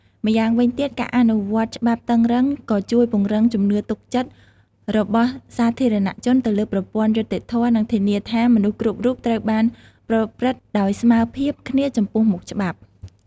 ម្យ៉ាងវិញទៀត ការអនុវត្តច្បាប់តឹងរ៉ឹងក៏ជួយពង្រឹងជំនឿទុកចិត្តរបស់សាធារណជនទៅលើប្រព័ន្ធយុត្តិធម៌ និងធានាថាមនុស្សគ្រប់រូបត្រូវបានប្រព្រឹត្តដោយស្មើភាពគ្នាចំពោះមុខច្បាប់។